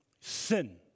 sin